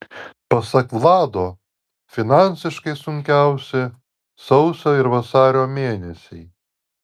pasak vlado finansiškai sunkiausi sausio ir vasario mėnesiai